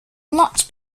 not